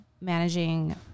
managing